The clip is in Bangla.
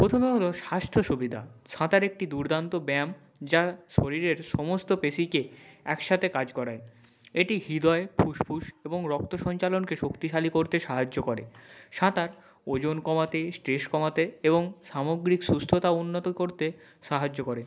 প্রথমে হলো স্বাস্থ্য সুবিধা সাঁতার একটি দুর্দান্ত ব্যায়াম যা শরীরের সমস্ত পেশিকে একসাথে কাজ করায় এটি হৃদয় ফুসফুস এবং রক্ত সঞ্চালনকে শক্তিশালী করতে সাহায্য করে সাঁতার ওজন কমাতে স্ট্রেস কমাতে এবং সামগ্রিক সুস্থতা উন্নত করতে সাহায্য করে